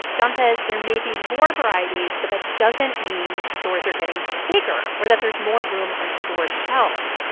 john says there may be more varieties, but that doesn't mean stores are getting bigger or that there's more room on store shelves.